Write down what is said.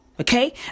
Okay